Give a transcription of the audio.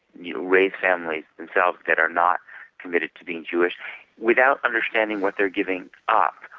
raise families themselves that are not committed to being jewish without understanding what they're giving up,